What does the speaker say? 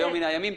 ביום מן הימים,